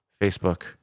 facebook